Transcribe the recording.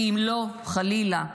כי אם לא, חלילה,